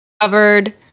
covered